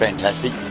Fantastic